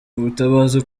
ubutabazi